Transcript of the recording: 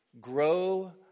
grow